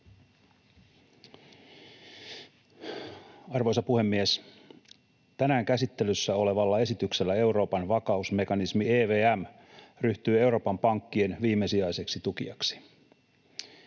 Arvoisa puhemies! Tänään käsittelyssä olevalla esityksellä Euroopan vakausmekanismi EVM ryhtyy Euroopan pankkien viimesijaiseksi tukijaksi.